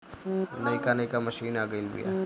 नइका नइका मशीन आ गइल बिआ